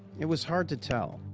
it was hard to tell.